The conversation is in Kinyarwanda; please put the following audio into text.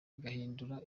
igahindura